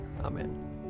Amen